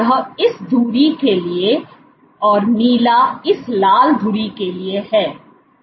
यह इस धुरी के लिए है और नीला इस लाल धुरी के लिए है